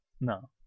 No